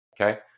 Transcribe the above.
Okay